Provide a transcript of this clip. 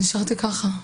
נשארתי ככה.